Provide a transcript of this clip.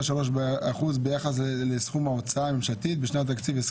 3% ביחס לסכום ההוצאה הממשלתית בשנת 2021,